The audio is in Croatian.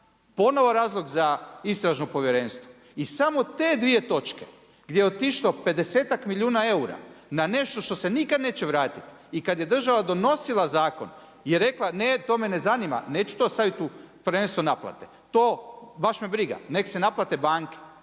ponovno razlog za istražno povjerenstvo. I samo te dvije točke gdje je otišlo 50-ak milijuna eura na nešto što se nikada neće vratiti i kada je država donosila zakon i rekla, ne to me ne zanima, neću to staviti u prvenstvo naplate, to, baš me briga, nekada se naplate banke.